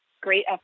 great